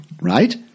Right